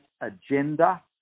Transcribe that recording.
agenda